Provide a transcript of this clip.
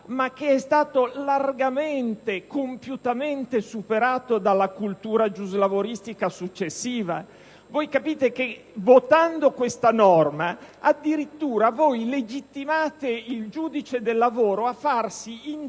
ma è stato largamente e compiutamente superato dalla cultura giuslavoristica successiva. Capite che votando questa norma voi addirittura legittimate il giudice del lavoro a farsi interprete